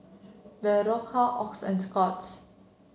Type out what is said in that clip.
Berocca Oxy and Scott's